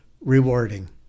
rewarding